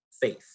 faith